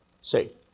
See